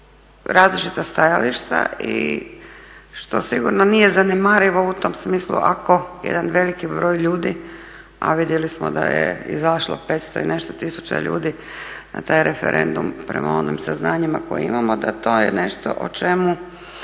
različita stajališta i što sigurno nije zanemarivo u tom smislu. Ako jedan veliki broj ljudi, a vidjeli smo da je izašlo 500 i nešto tisuća ljudi na taj referendum prema onim saznanjima koja imamo, da to je nešto o čemu